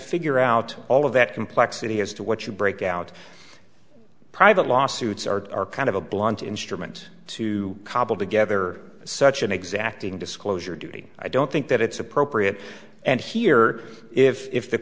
figure out all of that complexity as to what you break out private lawsuits are kind of a blunt instrument to cobble together such an exacting disclosure duty i don't think that it's appropriate and here if